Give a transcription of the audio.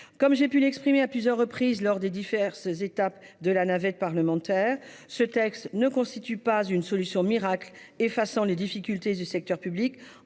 Comme j'ai pu l'exprimer à plusieurs reprises lors des diverses étapes de la navette parlementaire, ce texte ne constituera pas une solution miracle effaçant les difficultés du secteur public